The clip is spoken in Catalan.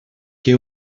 que